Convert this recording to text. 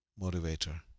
motivator